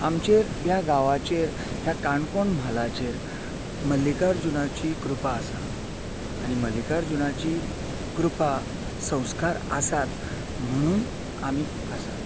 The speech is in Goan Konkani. आमचेर ह्या गांवाचेर ह्या काणकोण म्हालाचेर मल्लिकार्जूनाची कृपा आसा आनी मल्लिकार्जूनाची कृपा संस्कार आसात म्हणून आमी आसात